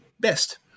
best